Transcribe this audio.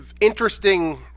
interesting